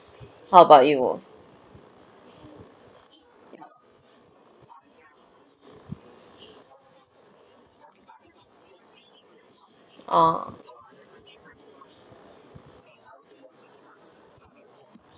what about you oo